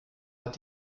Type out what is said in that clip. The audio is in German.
hat